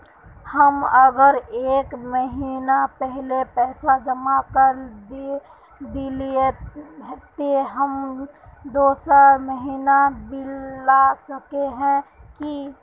हम अगर एक महीना पहले पैसा जमा कर देलिये ते हम दोसर महीना बिल ला सके है की?